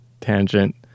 tangent